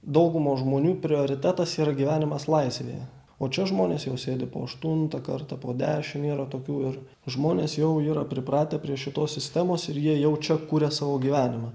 daugumos žmonių prioritetas yra gyvenimas laisvėje o čia žmonės jau sėdi po aštuntą kartą po dešim yra tokių ir žmonės jau yra pripratę prie šitos sistemos ir jie jau čia kuria savo gyvenimą